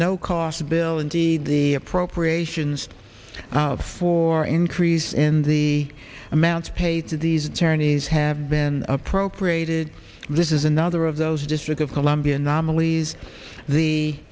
no cost bill indeed the appropriations for increase in the amounts paid to these charities have been appropriated this is another of those district of columbia anomalies the